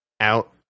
out